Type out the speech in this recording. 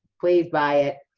please buy it.